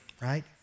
right